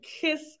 kiss